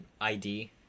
ID